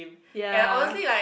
ya